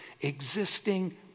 existing